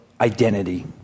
identity